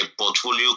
portfolio